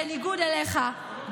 בניגוד אליך,